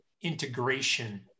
integration